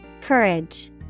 Courage